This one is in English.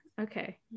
Okay